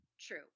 True